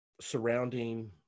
surrounding